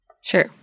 sure